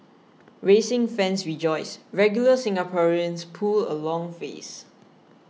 racing fans rejoice regular Singaporeans pull a long face